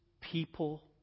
people